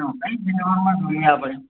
કઈ ફ્લેવરમાં જોઈએ આપણે